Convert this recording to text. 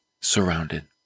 Surrounded